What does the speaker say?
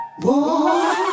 Boy